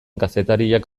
kazetariak